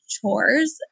chores